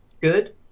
good